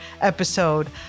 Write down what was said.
episode